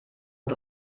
und